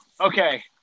Okay